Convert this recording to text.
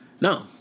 No